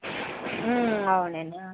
అవునండి